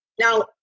now